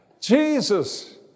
Jesus